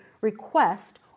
request